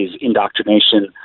indoctrination